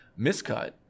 miscut